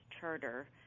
charter